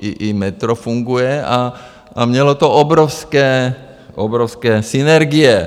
i metro funguje a mělo to obrovské, obrovské synergie.